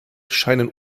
scheinen